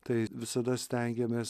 tai visada stengiamės